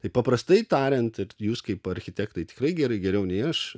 tai paprastai tariant jūs kaip architektai tikrai gerai geriau nei aš